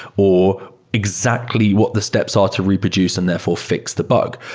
or exactly what the steps are to reproduce and therefore fix the bug.